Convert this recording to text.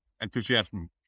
enthusiasm